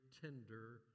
tender